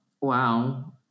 Wow